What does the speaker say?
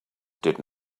did